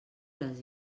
les